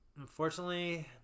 Unfortunately